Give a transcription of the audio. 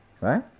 Right